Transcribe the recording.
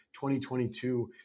2022